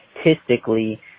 statistically